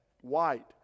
White